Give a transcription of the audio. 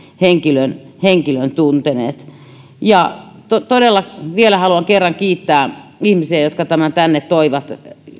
henkilön henkilön tunteneet todella vielä haluan kerran kiittää ihmisiä jotka tämän tänne toivat